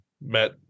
met